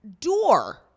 door